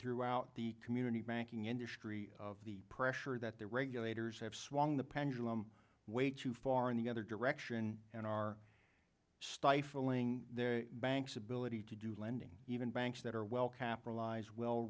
throughout the community banking industry of the pressure that the regulators have swung the pendulum way too far in the other direction and are stifling their banks ability to do lending even banks that are well capitalized well